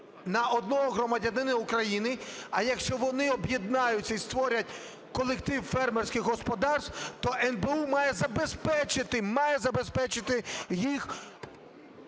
на одного громадянина України, а якщо вони об'єднаються і створять колектив фермерських господарств, то НБУ має забезпечити,